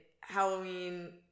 Halloween